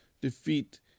defeat